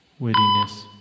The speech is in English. wittiness